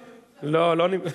חשבתי: לא תאמינו,